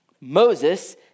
Moses